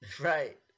right